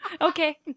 Okay